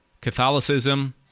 Catholicism